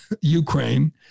Ukraine